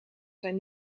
zijn